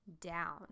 down